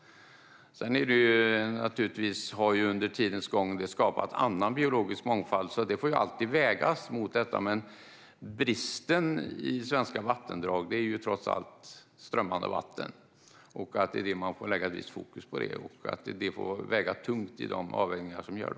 Naturligtvis har det under tidens gång skapats annan biologisk mångfald, och det får alltid vägas mot detta. Bristen i svenska vattendrag är dock trots allt strömmande vatten. Man får lägga ett visst fokus på detta, och det får väga tungt i de avvägningar som görs.